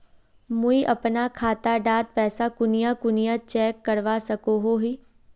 मुई अपना खाता डात पैसा कुनियाँ कुनियाँ चेक करवा सकोहो ही?